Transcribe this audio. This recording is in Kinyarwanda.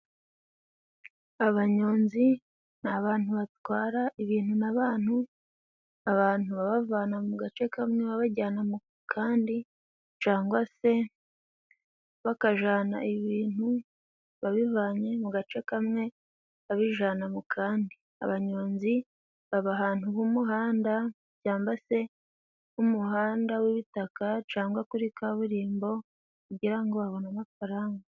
Abanyonzi ni abantu batwara ibintu n'abantu abantu, babavana mu gace kamwe babajyana mu kandi, cangwa se bakajana ibintu babivanye mu gace kamwe babijana mu kandi. Abanyonzi baba ahantu h'umuhanda byamba se nk'umuhanda w'ibitaka cangwa kuri kaburimbo kugira babone amafaranga.